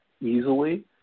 easily